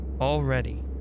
Already